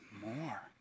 more